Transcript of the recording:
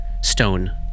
stone